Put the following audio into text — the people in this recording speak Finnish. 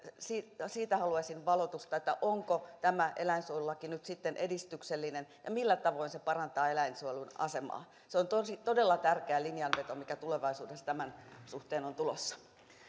siitä haluaisin valotusta onko tämä eläinsuojelulaki nyt sitten edistyksellinen ja millä tavoin se parantaa eläinsuojelun asemaa se on todella tärkeä linjanveto mikä tulevaisuudessa tämän suhteen on tulossa